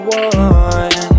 one